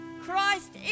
Christ